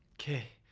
kay.